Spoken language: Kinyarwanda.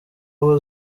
aho